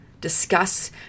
discuss